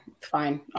fine